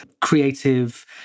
creative